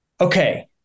okay